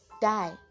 die